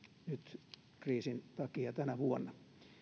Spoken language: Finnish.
nyt kriisin takia tänä vuonna